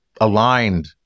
aligned